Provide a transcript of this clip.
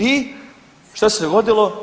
I što se dogodilo?